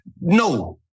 no